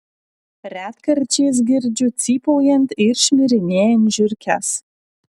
retkarčiais girdžiu cypaujant ir šmirinėjant žiurkes